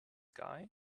guy